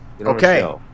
Okay